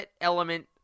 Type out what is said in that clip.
element